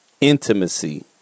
intimacy